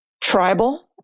tribal